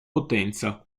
potenza